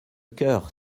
coeur